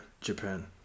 japan